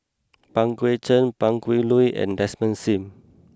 Pang Guek Cheng Pan Cheng Lui and Desmond Sim